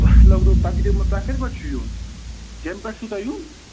تۄہہِ لَگنَو تقریٖبَن تۄہہِ کَتہِ پٮ۪ٹھٕ چھُو یُن جیٚمہِ پٮ۪ٹھ چھُو تۄہہِ یُن